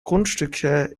grundstücke